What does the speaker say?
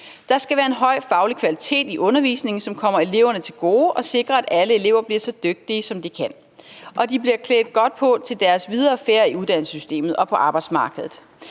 Der skal være en høj faglig kvalitet i undervisningen, som kommer eleverne til gode og sikrer, at alle elever bliver så dygtige, som de kan, og at de bliver klædt godt på til deres videre færd i uddannelsessystemet og på arbejdsmarkedet.